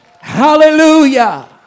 Hallelujah